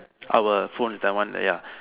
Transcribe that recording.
our phones that one ya